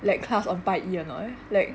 like class on 拜一 or not leh like